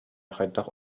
хайдах